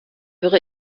höre